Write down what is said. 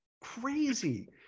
Crazy